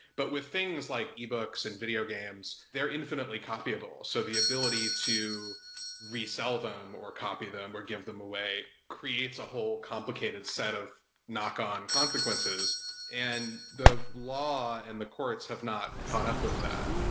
but with things like e-books and video games, they're infinitely copiable. so the ability to resell them, or copy them, or give them away, creates a whole complicated set of knock on consequences and the law and the courts have not caught up with that.